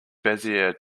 bezier